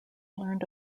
learned